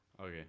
Okay